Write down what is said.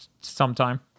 sometime